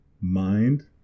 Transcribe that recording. mind